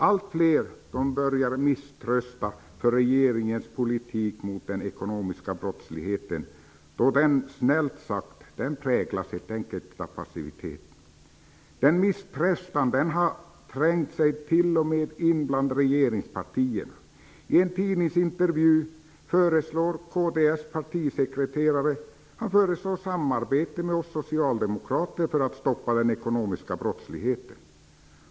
Allt fler börjar misströsta om regeringens politik mot den ekonomiska brottsligheten, en politik som snällt sagt präglas av passivitet. Misströstan har trängt sig in t.o.m. bland regeringspartierna. I en tidningsintervju föreslår kds partisekreterare samarbete med oss socialdemokrater för att stoppa den ekonomiska brottsligheten.